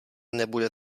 nebude